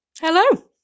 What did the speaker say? Hello